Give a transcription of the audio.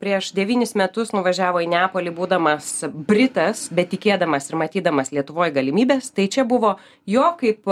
prieš devynis metus nuvažiavo į neapolį būdamas britas bet tikėdamas ir matydamas lietuvoj galimybes tai čia buvo jo kaip